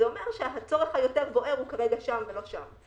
זה אומר שהצורך היותר בוער הוא כרגע שם ולא שם.